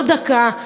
לא לדקה,